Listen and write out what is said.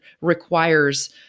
requires